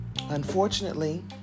unfortunately